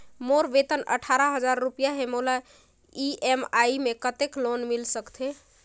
मोर वेतन अट्ठारह हजार रुपिया हे मोला ई.एम.आई मे कतेक लोन मिल सकथे?